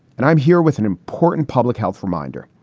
and i'm here with an important public health reminder.